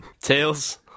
Tails